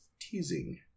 teasing